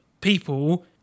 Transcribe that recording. people